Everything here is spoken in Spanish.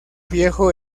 viejo